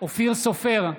אופיר סופר,